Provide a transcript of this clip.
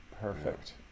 perfect